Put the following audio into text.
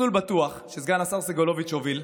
מסלול בטוח, שסגן השר סגלוביץ' הוביל,